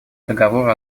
договору